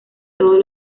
todos